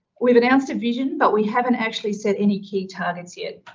we've announced a vision, but we haven't actually said any key targets yet.